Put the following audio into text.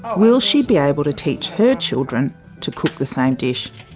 will she be able to teach her children to cook the same dish?